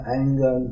anger